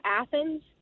athens